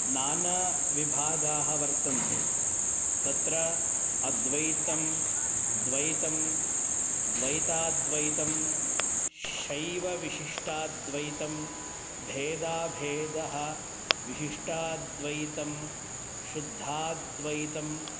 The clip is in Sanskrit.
नानाविभागाः वर्तन्ते तत्र अद्वैतं द्वैतं द्वैताद्वैतं शैवविशिष्टाद्वैतं भेदाभेदः विशिष्टाद्वैतं शुद्धाद्वैतं